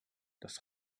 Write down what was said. das